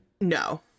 No